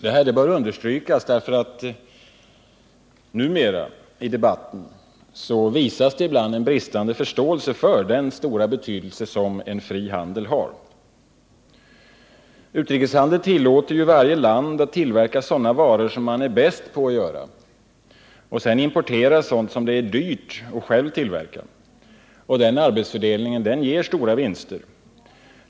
Detta bör understrykas eftersom det numera i debatten ibland visas bristande förståelse för den stora betydelse som en fri handel har. Utrikeshandeln tillåter varje land att tillverka sådana varor som man är bäst på att göra och sedan importera sådant som det är dyrt att tillverka själv. Denna arbetsfördelning ger stora vinster.